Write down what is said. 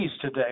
today